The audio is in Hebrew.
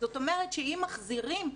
זאת אומרת שאם מחזירים,